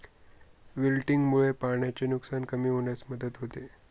विल्टिंगमुळे पाण्याचे नुकसान कमी होण्यास मदत होते